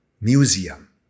museum